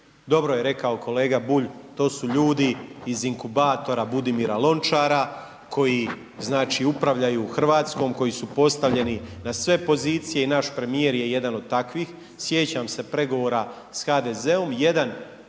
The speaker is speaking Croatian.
dobro je rekao kolega Bulj, to su ljudi iz inkubatora Budimira Lončara, koji znači, upravljaju RH koji su postavljeni na sve pozicije i naš premijer je jedan od takvih. Sjećam se pregovora s HDZ-om,